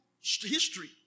history